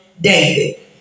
David